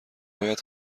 باید